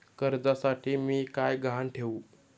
कर्जासाठी मी काय गहाण ठेवू?